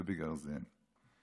ובגרזן.